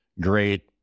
great